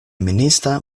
minista